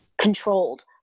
controlled